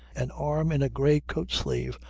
an arm in a grey coat-sleeve,